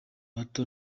bato